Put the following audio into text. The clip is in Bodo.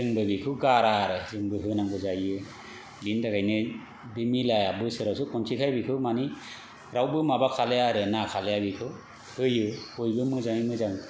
जोंबो बेखौ गारा आरो जोंबो होनांगौ जाहैयो बेनि थाखायनो बे मेलाया बोसोरावसो खनसे खाय बेखौ मानि रावबो माबा खालाया आरो ना खालाया बेखौ होयो बयबो मोजाङै मोजां